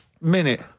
minute